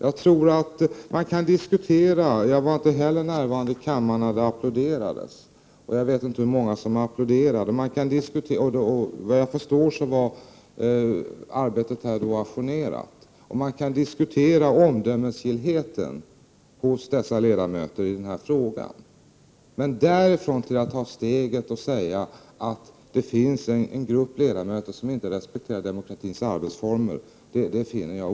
Inte heller jag var närvarande i kammaren när det applåderades, och jag vet inte hur många det var som applåderade. Såvitt jag förstår var sammanträdet då ajournerat. Man kan diskutera omdömesgillheten hos dessa ledamöter när det gäller den här frågan. Men jag finner det oacceptabelt att därifrån ta steget och säga att det finns en grupp ledamöter som inte respekterar demokratins arbetsformer.